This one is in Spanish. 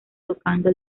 tocando